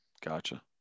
Gotcha